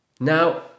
Now